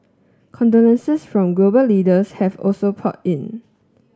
condolences from global leaders have also poured in